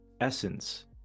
essence